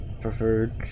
preferred